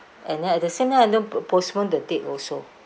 and then at the same time I don't postpone the date also